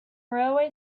railway